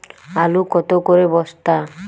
আলু কত করে বস্তা?